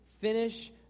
finish